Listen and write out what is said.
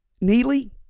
Neely